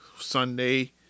Sunday